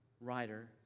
writer